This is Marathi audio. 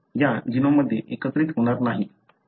या जीनोममध्ये एकत्रित होणार नाही